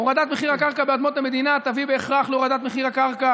הורדת מחיר הקרקע באדמות המדינה תביא בהכרח להורדת מחיר הקרקע